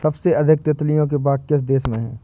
सबसे अधिक तितलियों के बाग किस देश में हैं?